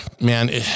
Man